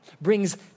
brings